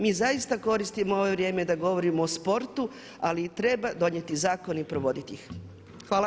Mi zaista koristimo ovo vrijeme da govorimo o sportu ali treba donijeti zakon i provoditi ih.